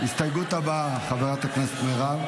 ההסתייגות הבאה, חברת הכנסת מירב?